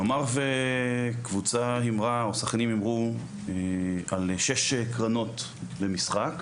נניח וקבוצה הימרה או ששחקנים הימרו על שש קרנות במשחק,